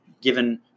given